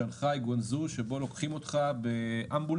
שנחאי, גואנגג'ואו שבו לוקחים אותך באמבולנס